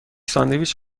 ساندویچ